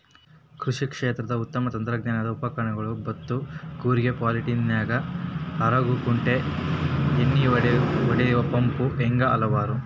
ಕೃಷಿ ಕ್ಷೇತ್ರದ ಉತ್ತಮ ತಂತ್ರಜ್ಞಾನದ ಉಪಕರಣಗಳು ಬೇತ್ತು ಕೂರಿಗೆ ಪಾಲ್ಟಿನೇಗ್ಲಾ ಹರಗು ಕುಂಟಿ ಎಣ್ಣಿಹೊಡಿ ಪಂಪು ಹೇಗೆ ಹಲವಾರು